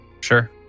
sure